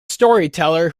storyteller